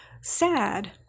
sad